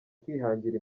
kwihangira